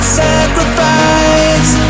sacrifice